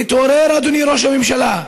יתעורר, אדוני ראש הממשלה.